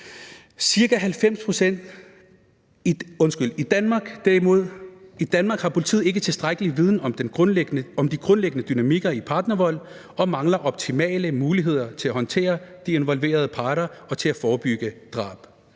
i forløbet. I Danmark har politiet ikke tilstrækkelig viden om de grundlæggende dynamikker i partnervold og mangler optimale muligheder til at håndtere de involverede parter og til at forebygge drab.